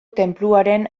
tenpluaren